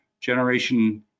generation